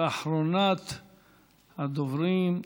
ואחרונת הדוברים,